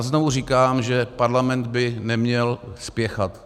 Znovu říkám, že Parlament by neměl spěchat.